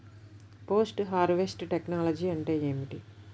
Post harvest technology అంటే ఏమిటి?